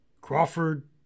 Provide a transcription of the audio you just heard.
Crawford